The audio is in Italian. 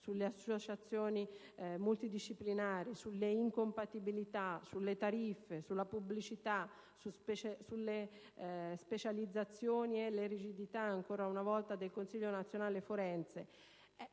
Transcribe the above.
sulle associazioni multidisciplinari, sulle incompatibilità, sulle tariffe, sulla pubblicità, sulle specializzazioni e sulle rigidità ancora una volta del Consiglio nazionale forense.